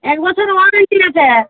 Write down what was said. এক বছর ওয়ারেন্টি আছে